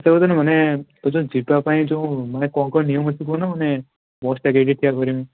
ମାନେ ଏ ଯେଉଁ ଯିବାପାଇଁ ଯେଉଁମାନେ କ'ଣ କ'ଣ ନିୟମ ଅଛି କହୁନ ମାନେ ବସ୍ଟା କେଉଁଠି ଠିଆ କରିମି